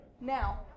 Now